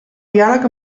diàleg